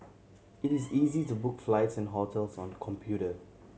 it is easy to book flights and hotels on the computer